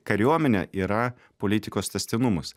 kariuomenė yra politikos tęstinumas